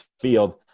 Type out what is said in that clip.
field